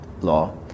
law